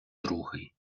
другий